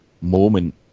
moment